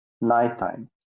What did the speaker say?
nighttime